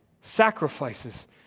sacrifices